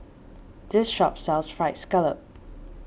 this shop sells Fried Scallop